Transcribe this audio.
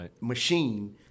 machine